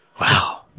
Wow